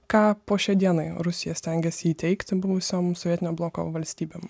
ką po šiai dienai rusija stengiasi įteigti buvusioms sovietinio bloko valstybėm